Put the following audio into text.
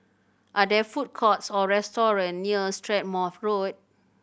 are there food courts or restaurant near Strathmore Road